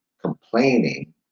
complaining